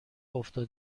انداخته